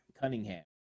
Cunningham